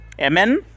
Amen